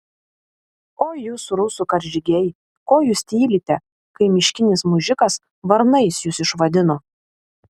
oi jūs rusų karžygiai ko jūs tylite kai miškinis mužikas varnais jus išvadino